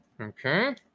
Okay